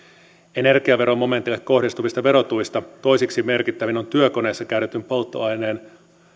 energiaveromomentille kohdistuvista verotuista toiseksi merkittävin on työkoneessa käytetyn polttoaineen